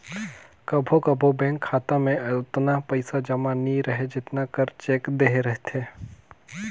कभों कभों बेंक खाता में ओतना पइसा जमा नी रहें जेतना कर चेक देहे रहथे